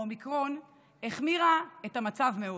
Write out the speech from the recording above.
אומיקרון החמירה את המצב מאוד.